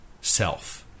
self